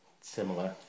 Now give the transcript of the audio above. similar